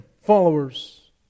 followers